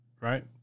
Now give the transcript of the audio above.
right